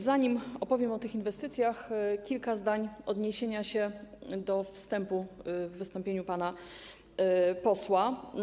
Zanim opowiem o tych inwestycjach, kilka zdań odniesienia się do wstępu w wystąpieniu pana posła.